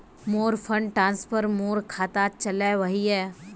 मोर fund transfer मोर खातात चले वहिये